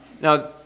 Now